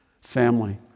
family